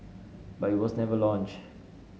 but it was never launched